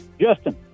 Justin